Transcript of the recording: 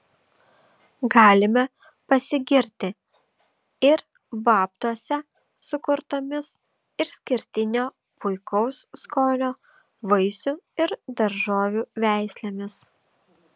galime pasigirti ir babtuose sukurtomis išskirtinio puikaus skonio vaisių ir daržovių veislėmis